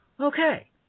Okay